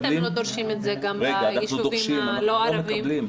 אתם לא דורשים את זה מהיישובים הלא ערביים?